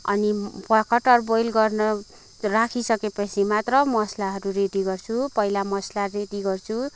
कटहर बोइल गर्न राखी सकेपछि मात्र मसलाहरू रेडी गर्छु पहिला मसला रेडी गर्छु